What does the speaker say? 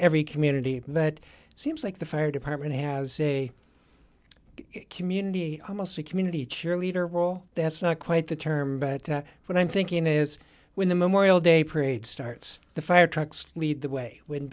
every community that seems like the fire department has a community mostly community cheerleader role that's not quite the term but what i'm thinking is when the memorial day parade starts the fire trucks lead the way when